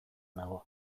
nago